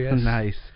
Nice